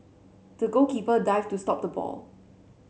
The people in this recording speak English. the goalkeeper dived to stop the ball